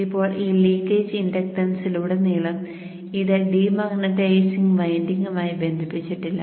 ഇപ്പോൾ ഈ ലീക്കേജ് ഇൻഡക്ടൻസിലുടനീളം ഇത് ഡീമാഗ്നെറ്റൈസിംഗ് വൈൻഡിംഗുമായി ബന്ധിപ്പിച്ചിട്ടില്ല